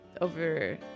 over